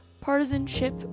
partisanship